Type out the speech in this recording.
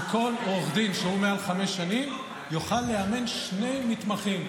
שכל עורך דין שכבר עובד יותר מחמש שנים יוכל לאמן שני מתמחים.